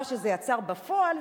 מה שזה יצר בפועל,